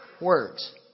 words